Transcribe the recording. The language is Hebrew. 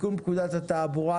תיקון פקודת התעבורה,